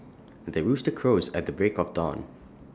the rooster crows at the break of dawn